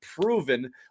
proven